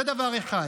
זה דבר אחד.